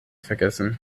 vergessen